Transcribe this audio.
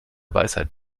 weisheit